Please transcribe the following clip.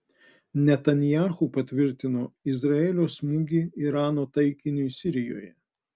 netanyahu patvirtino izraelio smūgį irano taikiniui sirijoje